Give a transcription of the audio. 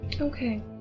Okay